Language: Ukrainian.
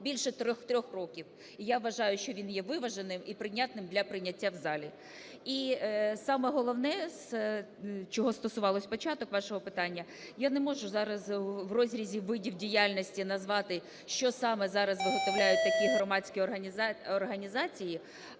більше трьох років. Я вважаю, що він є виваженим і прийнятним для прийняття в залі. І саме головне, чого стосувалося, початок вашого питання, я не можу зараз в розрізі видів діяльності назвати, що саме зараз виготовляють такі громадські організації,